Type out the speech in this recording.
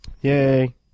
Yay